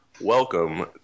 Welcome